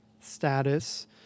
status